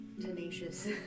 tenacious